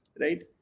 right